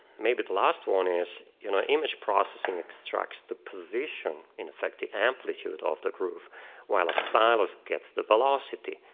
maybe the last one is you know image processing extracts the position and affect the amplitude of the groove while a stylus gets the velocity.